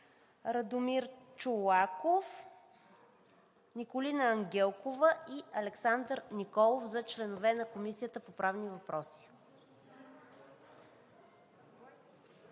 Радомир Чолаков, Николина Ангелкова и Александър Николов за членове на Комисията по правни въпроси.